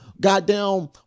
goddamn